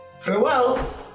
Farewell